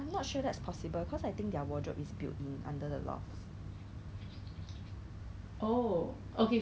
yeah yeah because err when I see the video right they step already then after that the person video down the packaging of the box